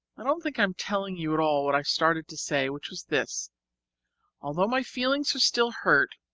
i don't think i am telling you at all what i started to say, which was this although my feelings are still hurt,